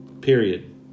Period